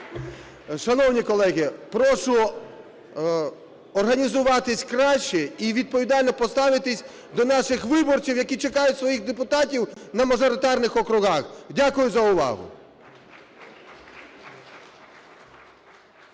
Шановні колеги, прошу організуватися краще і відповідально поставитись до наших виборців, які чекають своїх депутатів на мажоритарних округах. Дякую за увагу.